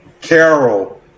Carol